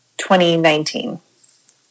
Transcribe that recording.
2019